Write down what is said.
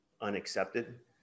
unaccepted